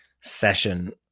session